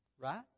Right